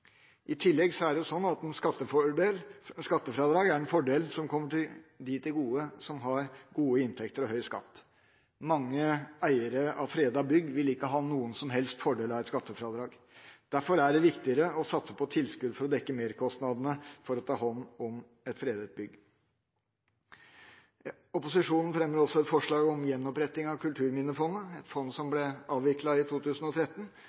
I tillegg er skattefradrag en fordel som kommer dem til gode som har gode inntekter og høy skatt. Mange eiere av fredede bygg vil ikke ha noen som helst fordel av et skattefradrag. Det er derfor riktigere å satse på tilskudd for å dekke merkostnadene ved å ta hånd om et fredet bygg. Opposisjonen fremmer også et forslag om gjenoppretting av Kulturminnefondet, et fond som ble avviklet i 2013